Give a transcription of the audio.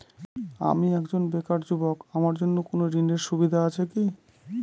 আমি একজন বেকার যুবক আমার জন্য কোন ঋণের সুবিধা আছে কি?